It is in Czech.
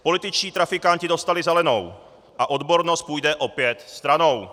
Političtí trafikanti dostali zelenou a odbornost půjde opět stranou.